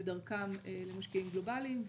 ודרכן למשקיעים גלובאליים.